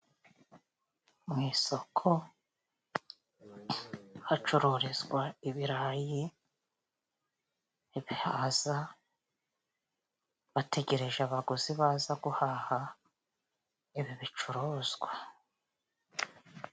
Mu isoko hacururizwa ibirayi, ibihaza bategereje abaguzi baza guhaha ibi bicuruzwa.